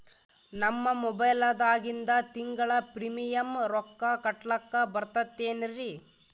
ನಮ್ಮ ಮೊಬೈಲದಾಗಿಂದ ತಿಂಗಳ ಪ್ರೀಮಿಯಂ ರೊಕ್ಕ ಕಟ್ಲಕ್ಕ ಬರ್ತದೇನ್ರಿ?